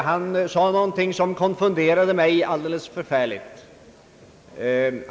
Han sade något som konfunderade mig något.